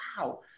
wow